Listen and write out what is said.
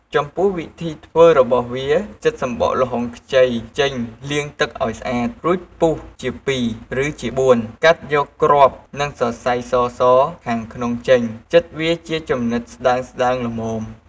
ចំពោះវិធីធ្វើរបស់វា ចិតសម្បកល្ហុងខ្ចីចេញលាងទឹកឲ្យស្អាត រួចពុះជាពីរ ឬជាបួន កាត់យកគ្រាប់ និងសរសៃសៗខាងក្នុងចេញចិតវាជាចំណិតស្ដើងៗល្មម។